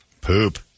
Poop